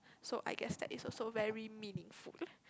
so I guess that is also very meaningful